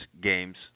games